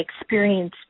experience